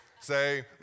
Say